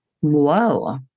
Whoa